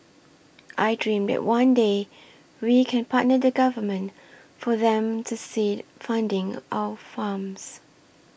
I dream that one day we can partner the government for them to seed funding our farms